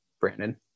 Brandon